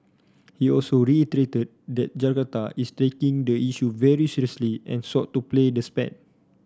he also reiterated that Jakarta is taking the issue very seriously and sought to play the spat